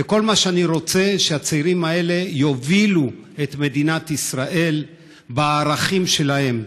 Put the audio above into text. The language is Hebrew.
וכל מה שאני רוצה זה שהצעירים האלה יובילו את מדינת ישראל בערכים שלהם.